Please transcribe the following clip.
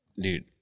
dude